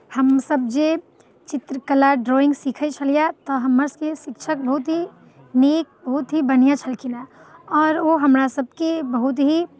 हमसभ जे चित्रकला ड्रॉइंग सिखै छलियै तऽ हमरसभके शिक्षक बहुत ही नीक बहुत ही बढ़िआँ छलखिन हेँ आओर ओ हमरासभके बहुत ही